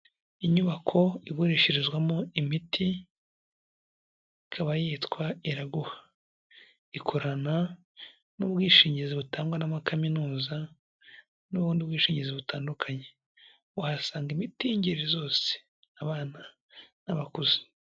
Inyubako igurishirizwamo imiti, ikaba yitwa Iraguha. Ikorana n'ubwishingizi butangwa n'amakaminuza, n'ubundi bwishingizi butandukanye. Wahasanga imiti y'ingeri zose, abana n'abakuze.